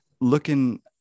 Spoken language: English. looking